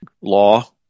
law